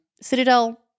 Citadel